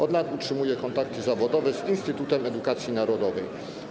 Od lat utrzymuje kontakty zawodowe z Instytutem Edukacji Narodowej.